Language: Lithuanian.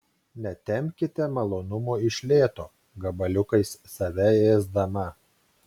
netempkite malonumo iš lėto gabaliukais save ėsdama